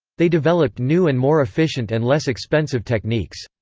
they developed new and more efficient and less expensive techniques.